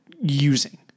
using